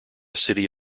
city